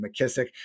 McKissick